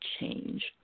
change